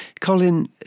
Colin